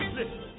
Listen